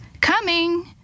Coming